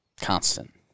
Constant